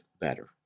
better